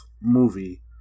movie